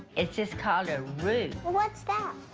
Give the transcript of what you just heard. it's just called a roux. well, what's that?